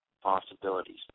possibilities